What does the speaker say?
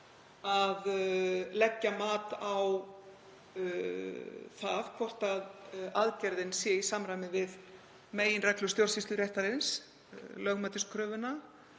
að leggja mat á það hvort aðgerðin sé í samræmi við meginreglur stjórnsýsluréttarins, lögmætiskröfuna,